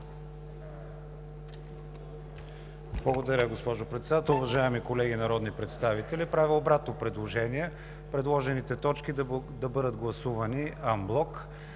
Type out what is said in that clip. Благодаря, госпожо Председател.